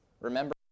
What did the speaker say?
Remember